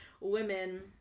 women